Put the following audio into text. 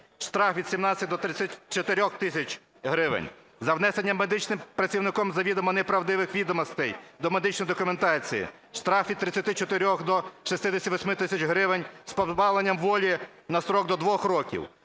штраф від 17 до 34 тисяч гривень. За внесення медичним працівником завідомо неправдивих відомостей до медичної документації штраф від 34 до 68 тисяч гривень з позбавленням волі на строк до 2 років.